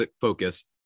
focus